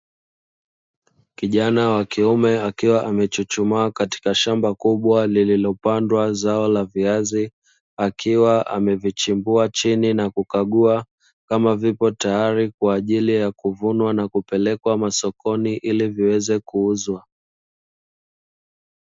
Kijana wa kiume akiwa amechuchumaa katika shamba kubwa lililopandwa zao la viazi, akiwa amevichambua chini na kukagua kama vipo tayari kwa ajili ya kuvunwa na kupelekwa masokoni, ili viweze kuuzwa.